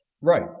Right